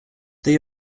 they